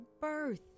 birth